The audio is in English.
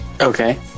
Okay